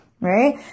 right